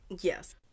Yes